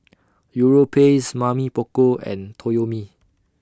Europace Mamy Poko and Toyomi